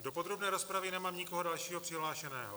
Do podrobné rozpravy nemám nikoho dalšího přihlášeného.